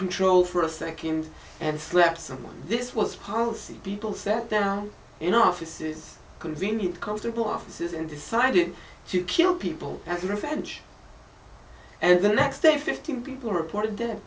control for a second and slap someone this was policy people sat down in offices convenient comfortable offices and decided to kill people as revenge and the next day fifteen people reported that